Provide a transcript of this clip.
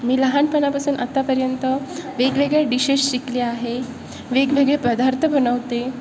मी लहानपणापासून आतापर्यंत वेगवेगळ्या डीशेश शिकले आहे वेगवेगळे पदार्थ बनवते